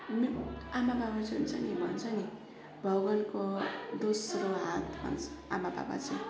मे आमा बाबा चाहिँ हुन्छ नि भन्छ नि भगवान्को दोस्रो हात भन्छ आमा बाबा चाहिँ